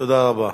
תודה רבה.